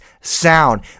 sound